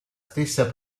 stessa